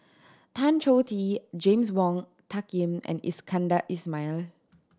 Tan Choh Tee James Wong Tuck Yim and Iskandar Ismail